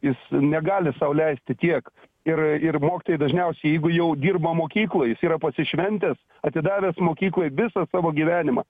jis negali sau leisti tiek ir ir mokytojai dažniausiai jeigu jau dirba mokykloj jis yra pasišventęs atidavęs mokyklai visą savo gyvenimą